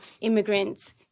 immigrants